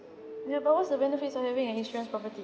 ya but what's the benefits of having an insurance property